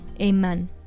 Amen